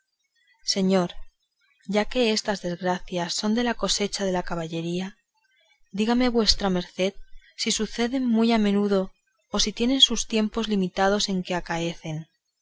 señor ya que estas desgracias son de la cosecha de la caballería dígame vuestra merced si suceden muy a menudo o si tienen sus tiempos limitados en que acaecen